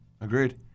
Agreed